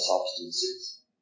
substances